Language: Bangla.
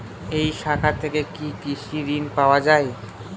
এই শাখা থেকে কি কৃষি ঋণ পাওয়া যায়?